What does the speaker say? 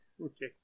Okay